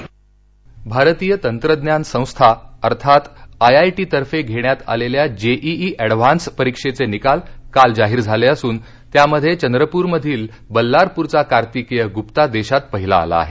JEE advance भारतीय तंत्रज्ञान संस्था अर्थात आय आय टी तर्फे घेण्यात आलेल्या जेईई एडव्हान्स परीक्षेचे निकाल काल जाहीर झाले असून त्यामध्ये चंद्रपूरमधील बल्लारपूरचा कार्तिकेय गुप्ता देशात पहिला आला आहे